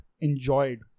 enjoyed